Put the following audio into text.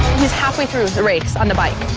he's halfway through the race on the bike.